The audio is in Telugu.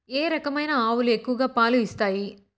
ఏ రకమైన ఆవులు ఎక్కువగా పాలు ఇస్తాయి?